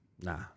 Nah